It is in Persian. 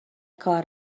کار